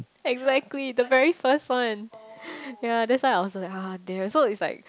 exactly the very first one ya that's why I was like !huh! damn so it's like